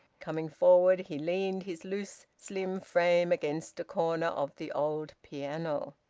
coming forward, he leaned his loose, slim frame against a corner of the old piano.